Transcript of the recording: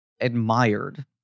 admired